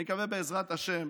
אני מקווה, בעזרת השם,